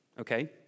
okay